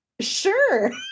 Sure